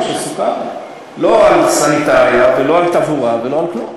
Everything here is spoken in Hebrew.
שסוכמו: לא סניטריה ולא תברואה ולא כלום.